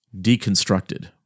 deconstructed